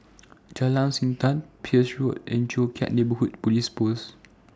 Jalan Siantan Peirce Road and Joo Chiat Neighbourhood Police Post